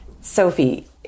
Sophie